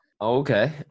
okay